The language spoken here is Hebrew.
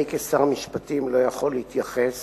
אני, כשר המשפטים, לא יכול להתייחס